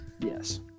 Yes